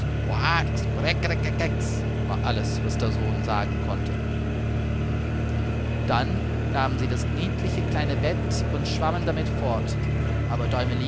war alles was der sohn sagen konnte dann nahmen sie das niedliche kleine bett und schwammen damit fort aber